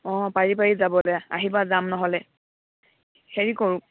অঁ পাৰি পাৰি যাবলৈ আহিবা যাম নহ'লে হেৰি কৰোঁ